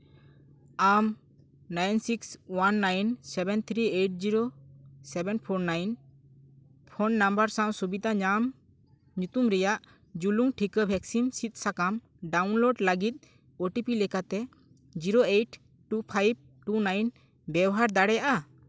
ᱟᱢ nine six one nine seven three eight zero seven four nine phone number ᱥᱟᱶ ᱥᱩᱵᱤᱫᱷᱟ ᱧᱟᱢ ᱧᱩᱛᱩᱢ ᱨᱮᱭᱟᱜ ᱡᱩᱞᱩᱝ ᱴᱷᱤᱠᱟᱹ ᱵᱷᱮᱠᱥᱤᱱ ᱥᱤᱫ ᱥᱟᱠᱟ ᱰᱟᱣᱩᱱᱞᱳᱰ ᱞᱟᱹᱜᱤᱫ ᱳ ᱴᱤ ᱯᱤ ᱞᱮᱠᱟᱛᱮ zero eight two five two nine ᱵᱮᱣᱦᱟᱨ ᱫᱟᱲᱮᱭᱟᱜᱼᱟ